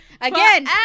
Again